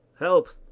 help,